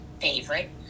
favorite